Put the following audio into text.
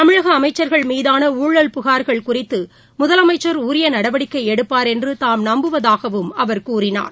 தமிழகஅமைச்சர்கள் மீதான்ஷழல் புகார்கள் குறித்துமுதலமைச்சர் உரியநடவடிக்கைஎடுப்பார் என்றுதாம் நம்புவதாகவும் அவர் கூறினார்